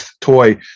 toy